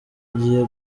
agiye